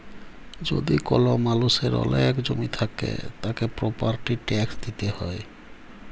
যদি কল মালুষের ওলেক জমি থাক্যে, তাকে প্রপার্টির ট্যাক্স দিতে হ্যয়